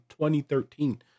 2013